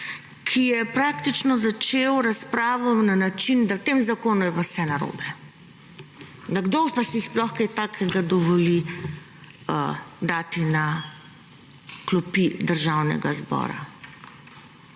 ki je praktično začel razpravo na način, da v tem zakonu je pa vse narobe, da kdo pa si sploh kaj takega dovoli dati na klopi Državnega zbora.